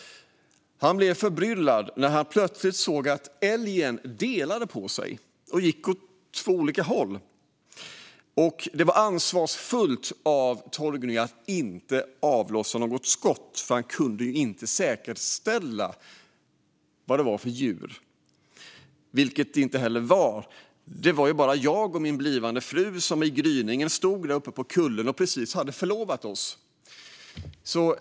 Han blev förbryllad när han plötsligt såg att älgen delade på sig och gick åt två olika håll. Det var ansvarsfullt av Torgny att inte avlossa något skott. Han kunde ju inte säkerställa vad det var för djur, vilket det heller inte var. Det var bara jag och min blivande fru som i gryningen stod där uppe på kullen och precis hade förlovat oss.